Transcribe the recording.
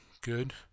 good